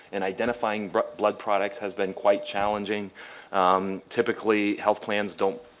and identifying blood products has been quite challenging typically health plans don't